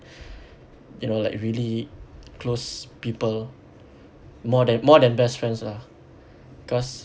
you know like really close people more than more than best friends lah cause